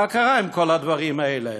מה קרה עם כל הדברים האלה?